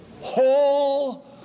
Whole